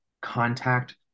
contact